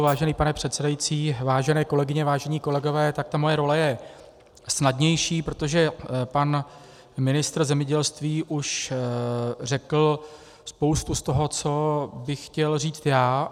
Vážený pane předsedající, vážené kolegyně, vážení kolegové, moje role je snadnější, protože pan ministr zemědělství už řekl spoustu z toho, co bych chtěl říct já.